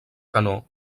canó